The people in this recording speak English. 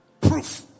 Proof